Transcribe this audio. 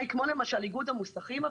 כמו למשל איגוד המוסכים,